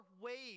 waves